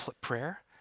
prayer